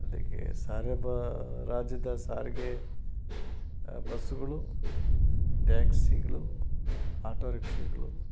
ಅದಕ್ಕೆ ಸಾರಬ ರಾಜ್ಯದ ಸಾರಿಗೆ ಬಸ್ಸುಗಳು ಟ್ಯಾಕ್ಸಿಗಳು ಆಟೋ ರಿಕ್ಷಗಳು